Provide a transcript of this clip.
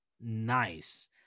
nice